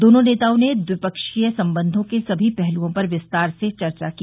दोनों नेताओं ने द्विपक्षीय संबंधों के सभी पहलुओं पर विस्तार से चर्चा की